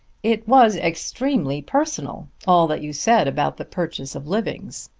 it was extremely personal all that you said about the purchase of livings,